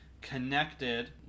connected